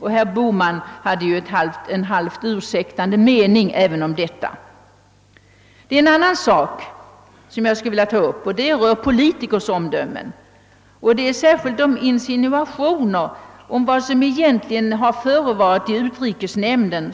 Herr Bohman hade ju en halvt ursäktande mening om detta. En annan sak som jag skulle vilja ta upp rör politikers omdömen. Särskilt gäller det de ofta framförda insinuationerna om vad som egentligen förevarit i utrikesnämnden.